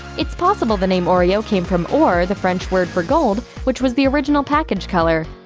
it's possible the name oreo came from or, the french word for gold, which was the original package color.